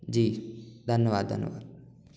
जी धन्यवाद धन्यवाद